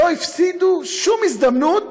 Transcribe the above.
לא הפסידו שום הזדמנות